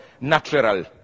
natural